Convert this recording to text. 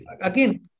again